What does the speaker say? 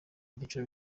byiciro